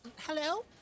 Hello